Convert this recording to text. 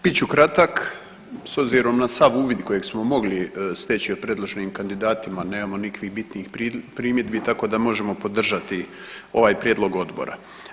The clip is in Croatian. Bit ću kratak s obzirom na sav uvid kojeg smo mogli steći o predloženim kandidatima, nemamo nikakvih bitnih primjedbi tako da možemo podržati ovaj prijedlog odbora.